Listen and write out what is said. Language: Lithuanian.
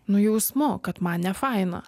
nu jausmu kad man nefaina